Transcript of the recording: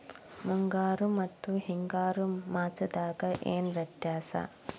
ಮುಂಗಾರು ಮತ್ತ ಹಿಂಗಾರು ಮಾಸದಾಗ ಏನ್ ವ್ಯತ್ಯಾಸ?